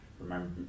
remember